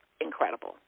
incredible